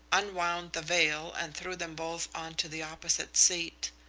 unwound the veil and threw them both on to the opposite seat.